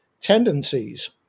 tendencies